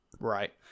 Right